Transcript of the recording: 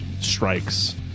Strikes